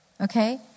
Okay